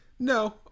No